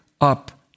up